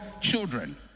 children